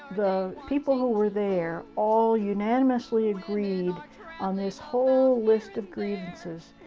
the people who were there, all unanimously agreed on this whole list of grievances,